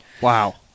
wow